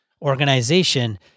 organization